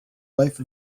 wife